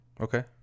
Okay